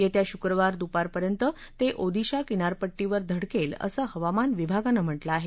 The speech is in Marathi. येत्या शुक्रवारी दुपारपर्यंत ते ओदिशा किनारपट्टीवर धडकेल असं हवामान विभागानं म्हटलं आहे